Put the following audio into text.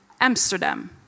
Amsterdam